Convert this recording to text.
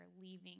leaving